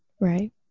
right